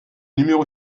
numéro